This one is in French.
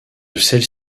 celles